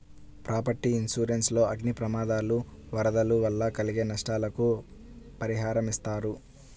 property insurance లో అగ్ని ప్రమాదాలు, వరదలు వల్ల కలిగే నష్టాలకు పరిహారమిస్తారు